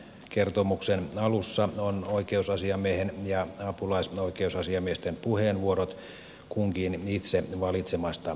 kertomuksen alussa on oikeusasiamiehen ja apulaisoikeusasiamiesten puheenvuorot kunkin itse valitsemasta aiheesta